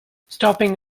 stopping